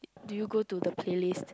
do you go to the playlist